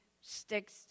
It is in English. sticks